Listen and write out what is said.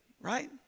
right